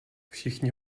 všichni